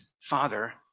Father